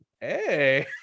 hey